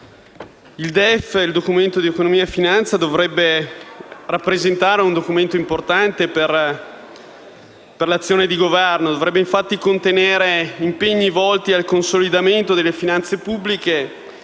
il DEF, il Documento di economia e finanza, dovrebbe rappresentare un atto importante per l'azione di Governo. Dovrebbe infatti contenere impegni volti al consolidamento delle finanze pubbliche